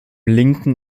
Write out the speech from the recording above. linken